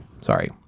Sorry